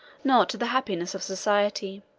nor to the happiness of society